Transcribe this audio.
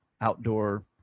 outdoor